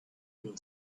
been